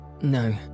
No